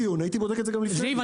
אני מציע לך שלאחר שתסיים כאן,